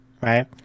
Right